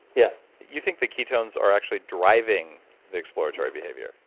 yeah you think the ketones are actually driving the exploratory behavior?